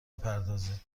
بپردازید